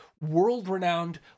world-renowned